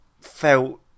felt